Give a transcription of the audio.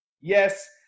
Yes